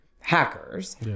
Hackers